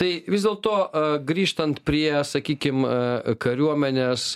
tai vis dėlto grįžtant prie sakykim kariuomenės